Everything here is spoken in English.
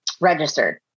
registered